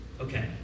Okay